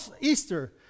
Easter